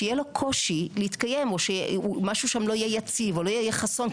שיהיה לו קושי להתקיים או משהו שם לא יהיה יציב או לא יהיה חסון.